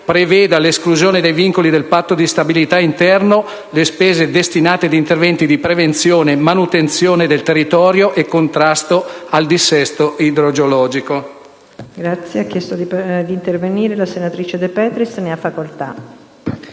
preveda l'esclusione dai vincoli del Patto di stabilità interno delle spese destinate ad interventi di prevenzione, manutenzione del territorio e contrasto al dissesto idrogeologico.